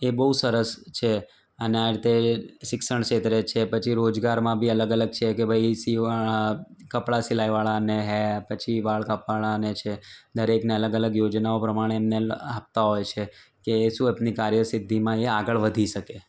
એ બહુ સરસ છે અને આ રીતે શિક્ષણ ક્ષેત્રે છે પછી રોજગારમાં બી અલગ અલગ છે કે ભાઈ સીવણ કપડા સિલાઈવાળા છે ને છે પછી વાળ કાપવાવાળાને છે બાળકો દરેકને અલગ અલગ યોજનાઓ પ્રમાણે એમને આપતા હોય છે કે એ શું કે એમની કાર્યસિદ્ધિમાં એ આગળ વધી શકે